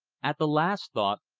at the last thought,